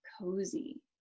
cozy